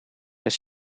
has